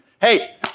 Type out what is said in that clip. Hey